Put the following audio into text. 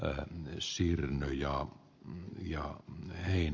ainoa syy ja milja mihin